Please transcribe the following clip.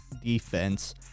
defense